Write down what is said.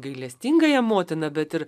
gailestingąja motina bet ir